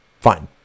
fine